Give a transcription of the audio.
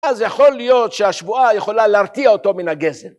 אז יכול להיות שהשבועה יכולה להרתיע אותו מן הגזל.